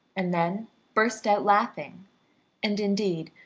and then burst out laughing and, indeed,